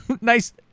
nice